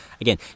Again